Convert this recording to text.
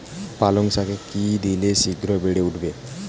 পালং শাকে কি দিলে শিঘ্র বেড়ে উঠবে?